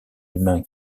humain